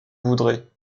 voudrez